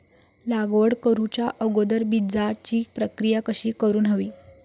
लागवड करूच्या अगोदर बिजाची प्रकिया कशी करून हवी?